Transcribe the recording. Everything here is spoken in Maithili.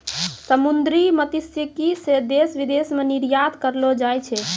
समुन्द्री मत्स्यिकी से देश विदेश मे निरयात करलो जाय छै